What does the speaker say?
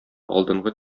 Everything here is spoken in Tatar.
алдынгы